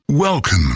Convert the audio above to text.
Welcome